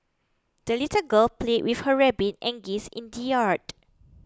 the little girl played with her rabbit and geese in the yard